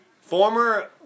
Former